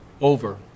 over